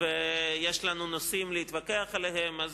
ויש לנו נושאים להתווכח עליהם.